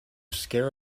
scare